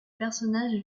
personnage